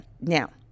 now